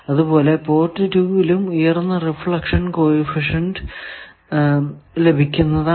അതുപോലെ പോർട്ട് 2 ലും ഉയർന്ന റിഫ്ലക്ഷൻ കോ എഫിഷ്യന്റ് ലഭിക്കുന്നതാണ്